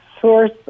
source